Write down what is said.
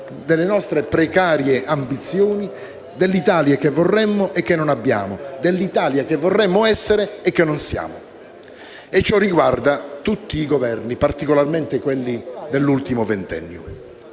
delle nostre precarie ambizioni e dell'Italia che vorremmo e che non abbiamo; dell'Italia che vorremmo essere e che non siamo. Ciò riguarda tutti i Governi, e particolarmente quelli dell'ultimo ventennio.